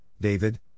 David